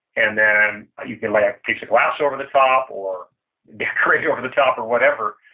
and then you can lay piece of glass over the top, or decorate over the top, or whatever,